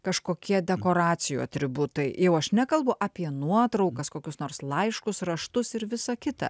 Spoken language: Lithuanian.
kažkokie dekoracijų atributai jau aš nekalbu apie nuotraukas kokius nors laiškus raštus ir visą kitą